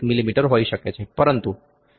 મી હોઇ શકે છે પરંતુ 3000 મી